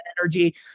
energy